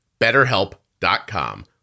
BetterHelp.com